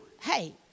hey